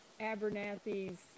abernathy's